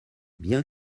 bien